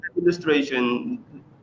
illustration